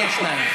מי השניים?